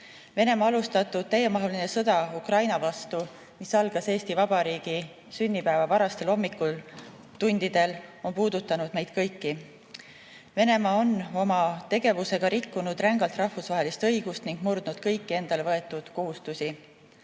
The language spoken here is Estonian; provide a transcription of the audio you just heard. Venemaa alustatud täiemahuline sõda Ukraina vastu, mis algas Eesti Vabariigi sünnipäeva varastel hommikutundidel, on puudutanud meid kõiki. Venemaa on oma tegevusega rikkunud rängalt rahvusvahelist õigust ning murdnud kõiki endale võetud kohustusi.